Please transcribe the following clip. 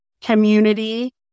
community